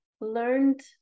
learned